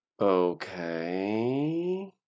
Okay